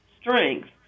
strength